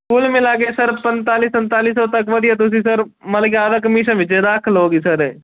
ਕੁਲ ਮਿਲਾ ਕੇ ਸਰ ਪੰਤਾਲੀ ਸੰਤਾਲੀ ਸੌ ਤੱਕ ਵਧੀਆ ਤੁਸੀਂ ਸਰ ਮਤਲਬ ਕਿ ਆਪਣਾ ਕਮੀਸ਼ਨ ਵਿੱਚ ਰੱਖ ਲਉਂਗੇ ਸਰ